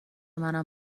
منم